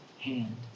hand